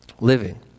living